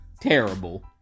terrible